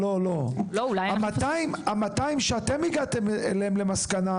ה-200 שאתם הגעתם אליהם כמסקנה,